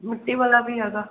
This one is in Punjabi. ਮਿੱਟੀ ਵਾਲਾ ਵੀ ਹੈਗਾ